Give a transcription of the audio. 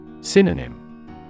Synonym